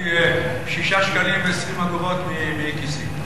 שהשחתתי 6.20 שקלים מכיסי.